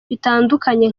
bitandukanye